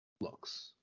looks